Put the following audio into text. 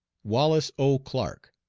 wallis o. clark,